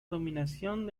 dominación